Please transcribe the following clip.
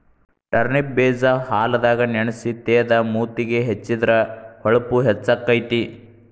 turnip ಬೇಜಾ ಹಾಲದಾಗ ನೆನಸಿ ತೇದ ಮೂತಿಗೆ ಹೆಚ್ಚಿದ್ರ ಹೊಳಪು ಹೆಚ್ಚಕೈತಿ